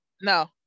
no